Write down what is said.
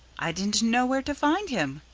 i didn't know where to find him,